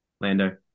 Lando